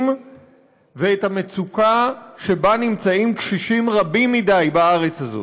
ואת המצוקה שבה נמצאים קשישים רבים מדי בארץ הזאת.